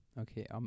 Okay